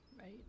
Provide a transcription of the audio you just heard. right